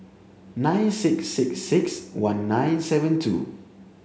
nine six six six one nine seven two